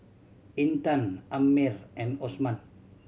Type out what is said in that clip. Intan Ammir and Osman